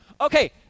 Okay